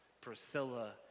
Priscilla